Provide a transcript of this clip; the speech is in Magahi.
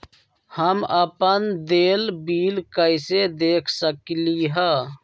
हम अपन देल बिल कैसे देख सकली ह?